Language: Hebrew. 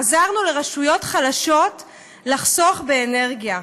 עזרנו לרשויות חלשות לחסוך באנרגיה.